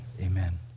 Amen